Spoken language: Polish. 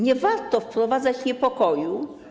Nie warto wprowadzać niepokoju.